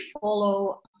follow